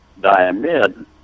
diamide